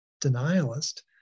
denialist